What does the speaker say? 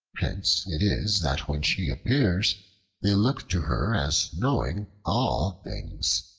hence it is that when she appears they look to her as knowing all things,